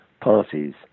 parties